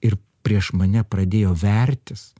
ir prieš mane pradėjo vertis